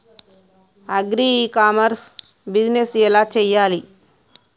Agri e commerce business ఎలా చెయ్యాలి?